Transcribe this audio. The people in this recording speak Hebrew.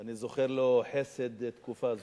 ואני זוכר לו חסד מתקופה זו.